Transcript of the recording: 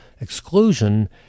exclusion